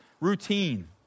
routine